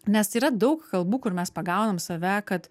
nes yra daug kalbų kur mes pagaunam save kad